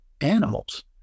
animals